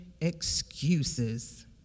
excuses